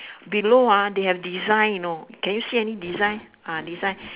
below ah they have design you know can you see any design ah design